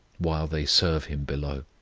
while they serve him below